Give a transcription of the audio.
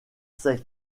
sec